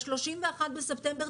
ב-31 בספטמבר,